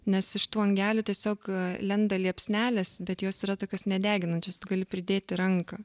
nes iš tų angelių tiesiog lenda liepsnelės bet jos yra tokios nedeginančios tu gali pridėti ranką